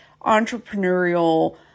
entrepreneurial